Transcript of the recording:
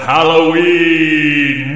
Halloween